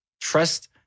Trust